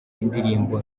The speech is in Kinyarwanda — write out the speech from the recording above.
indirimbo